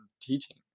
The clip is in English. teaching